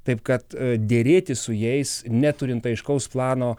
taip kad derėtis su jais neturint aiškaus plano